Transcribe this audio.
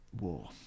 War